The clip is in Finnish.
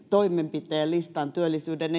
toimenpiteen listan työllisyyden